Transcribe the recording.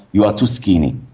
you are too skinny,